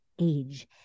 age